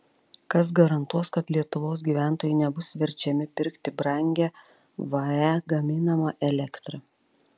kas garantuos kad lietuvos gyventojai nebus verčiami pirkti brangią vae gaminamą elektrą